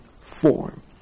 form